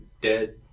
dead